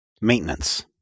maintenance